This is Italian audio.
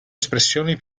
espressioni